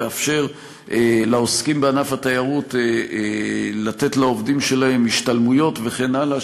לאפשר לעוסקים בענף התיירות לתת לעובדים שלהם השתלמויות וכן הלאה,